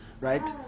right